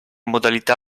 modalità